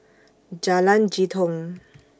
Jalan Jitong